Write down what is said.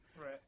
Right